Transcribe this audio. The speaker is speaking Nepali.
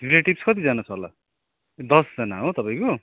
रिलेटिभ्स कतिजना छ होला दसजना हो तपाईँको